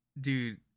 dude